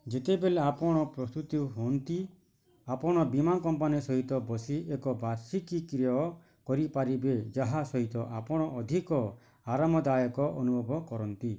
ଯେତେବେଳେ ଆପଣ ପ୍ରସ୍ତୁତ ହୁଅନ୍ତି ଆପଣ ବୀମା କମ୍ପାନୀ ସହିତ ବସି ଏକ ବାର୍ଷିକୀ କ୍ରୟ କରିପାରିବେ ଯାହା ସହିତ ଆପଣ ଅଧିକ ଆରାମଦାୟକ ଅନୁଭବ କରନ୍ତି